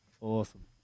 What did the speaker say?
Awesome